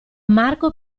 marco